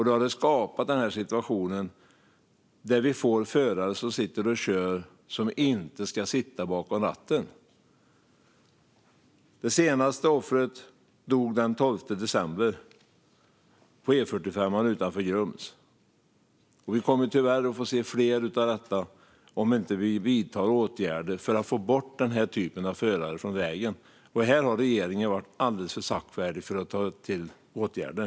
Det har skapat en situation där förare som inte ska sitta bakom ratten kör. Det senaste offret dog den 12 december på E45 utanför Grums. Vi kommer tyvärr se mer av detta om vi inte vidtar åtgärder för att få bort denna typ av förare från vägen. Här har regeringen varit alldeles för saktfärdig i att vidta åtgärder.